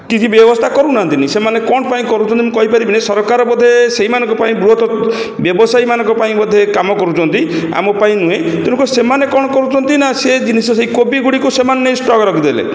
କିଛି ବ୍ୟବସ୍ଥା କରୁନାହାନ୍ତି ସେମାନେ କ'ଣ ପାଇଁ କରୁଛନ୍ତି କହିପରିବିନି ସରକାର ବୋଧେ ସେହିମାନଙ୍କ ପାଇଁ ବୃହତ ବ୍ୟବାସୀୟଙ୍କ ପାଇଁ ବୋଧେ କମ୍ କରୁଛନ୍ତି ଆମ ପାଇଁ ନୁହେଁ ତେଣୁକରି ସେମାନେ କ'ଣ କରୁଛନ୍ତି ନା ସେ ଜିନିଷ ସେ କୋବିଗୁଡ଼ିକ ସେମାନେ ନେଇ ଷ୍ଟକ୍ ରଖିଦେଲେ